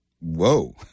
Whoa